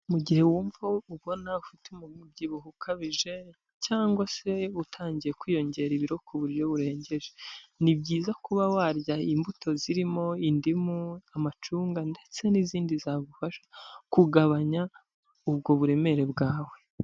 Mu gihe wumva ubona ufite umubyibuho ukabije cyangwa se utangiye kwiyongera ibiro ku buryo burengeje, ni byiza kuba warya imbuto zirimo indimu amacunga ndetse n'izindi zagufasha kugabanya ubwo buremere bwawe.